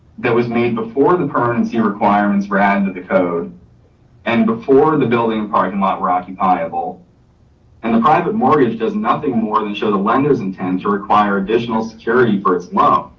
that was made before the permanency requirements were added to the code and before the building parking lot were occupiable and the private mortgage does nothing more than show the lenders and tend to require additional security for its loan. um